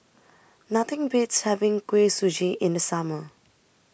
Nothing Beats having Kuih Suji in The Summer